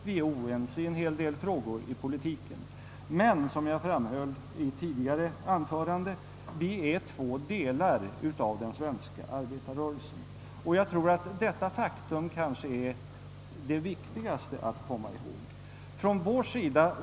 Vi är oense i en hel del frågor i politiken, men som jag framhöll i mitt tidigare anförande är vi två delar av den svenska arbetarrörelsen, och jag tror att det är viktigt att komma ihåg detta faktum.